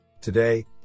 today